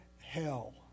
hell